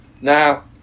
Now